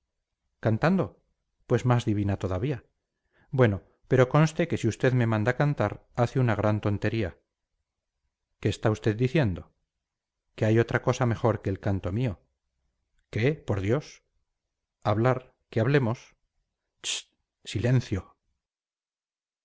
cantando pues más divina todavía bueno pero conste que si usted me manda cantar hace una gran tontería qué está usted diciendo que hay otra cosa mejor que el canto mío qué por